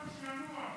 שינוח.